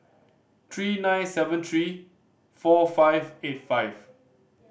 three nine seven three four five eight five